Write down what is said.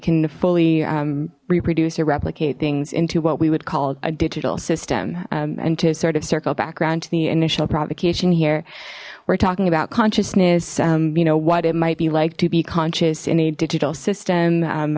can fully reproduce or replicate things into what we would call a digital system and to sort of circle background to the initial provocation here we're talking about consciousness you know what it might be like to be conscious in a digital system